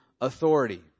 authority